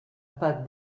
pas